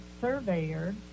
surveyor